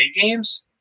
games